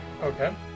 Okay